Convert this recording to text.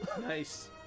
Nice